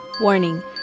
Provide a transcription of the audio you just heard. Warning